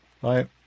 Bye